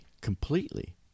completely